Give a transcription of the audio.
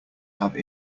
have